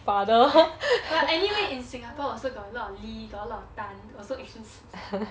but anyway in singapore also got a lot of lee got a lot of tan also